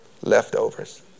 leftovers